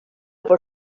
por